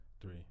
Three